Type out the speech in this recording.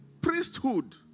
priesthood